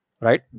right